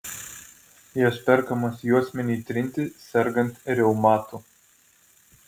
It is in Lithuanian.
jos perkamos juosmeniui trinti sergant reumatu